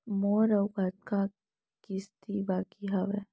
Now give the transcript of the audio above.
मोर अऊ कतका किसती बाकी हवय?